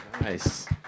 Nice